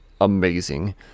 amazing